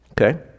Okay